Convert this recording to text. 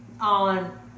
on